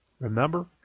remember